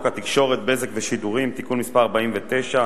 התקשורת (בזק ושידורים) (תיקון מס' 49),